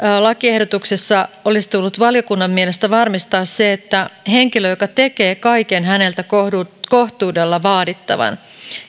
lakiehdotuksessa olisi tullut valiokunnan mielestä varmistaa se että henkilö joka tekee kaiken häneltä kohtuudella kohtuudella vaadittavan